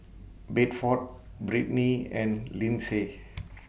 Bedford Britny and Lindsey